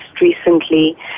recently